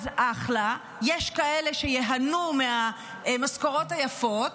אז אחלה, יש כאלה שייהנו מהמשכורות היפות,